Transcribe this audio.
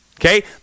Okay